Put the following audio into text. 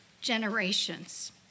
generations